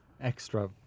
extra